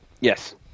Yes